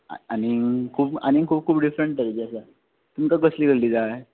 आं आनी खूब आनी खूब खूब डिफरण तरेचे आसा तुमकां कसली कसली जाय